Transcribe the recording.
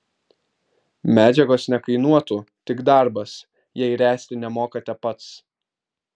medžiagos nekainuotų tik darbas jei ręsti nemokate pats